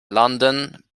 london